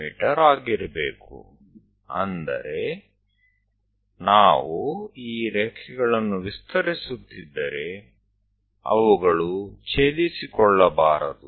me ಆಗಿರಬೇಕು ಅಂದರೆ ನಾವು ಈ ರೇಖೆಗಳನ್ನು ವಿಸ್ತರಿಸುತ್ತಿದ್ದರೆ ಅವುಗಳು ಛೇದಿಸಿಳ್ಳಬಾರದು